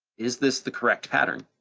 is this the correct pattern?